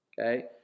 Okay